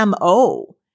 MO